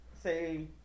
say